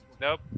Nope